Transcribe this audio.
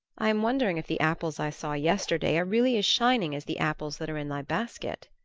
i am wondering if the apples i saw yesterday are really as shining as the apples that are in thy basket.